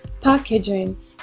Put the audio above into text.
packaging